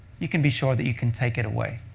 you can be sure that you can take it away.